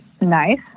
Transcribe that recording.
nice